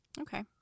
Okay